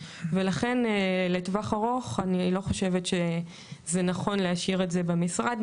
ולכן לטווח ארוך אני לא חושבת שזה נכון להשאיר את זה במשרד.